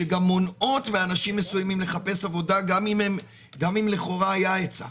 שגם מונעות מאנשים מסוימים לחפש עבודה גם אם לכאורה היה היצע.